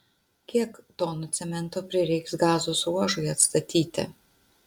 kiek tonų cemento prireiks gazos ruožui atstatyti